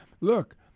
look